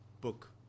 book